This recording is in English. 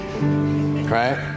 right